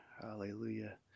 Hallelujah